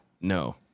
No